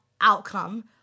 outcome